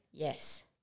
Yes